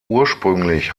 ursprünglich